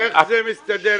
איך זה מסתדר עם שדה התעופה?